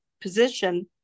position